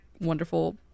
wonderful